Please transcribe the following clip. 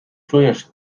czujesz